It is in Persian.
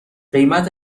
قیمت